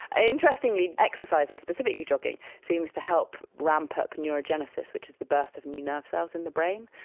and interestingly, exercise and specifically jogging seems to help ramp up neurogenesis which is the birth of new nerve cells in the brain,